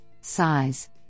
size